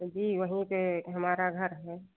जी वहीं पर हमारा घर है